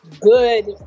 good